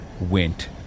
went